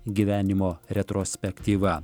gyvenimo retrospektyva